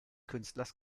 künstlers